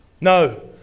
No